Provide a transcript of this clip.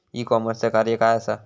E कॉमर्सचा कार्य काय असा?